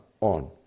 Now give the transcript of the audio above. on